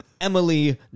emily